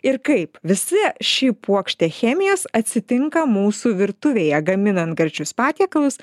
ir kaip visa ši puokštė chemijos atsitinka mūsų virtuvėje gaminant gardžius patiekalus